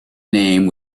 name